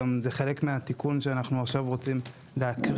גם זה חלק מהתיקון שאנחנו עכשיו רוצים להקריא,